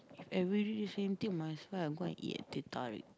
everyday same thing might as well I go and eat a teh tarik